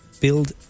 build